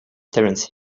terence